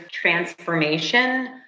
transformation